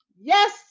Yes